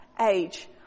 age